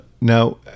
now